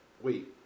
Wait